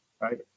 right